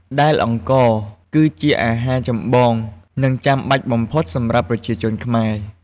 ដែលអង្ករ គឺជាអាហារចម្បង និងចាំបាច់បំផុតសម្រាប់ប្រជាជនខ្មែរ។